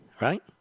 right